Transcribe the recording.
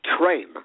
train